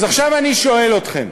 אז עכשיו אני שואל אתכם: